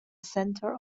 centre